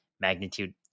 magnitude